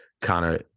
Connor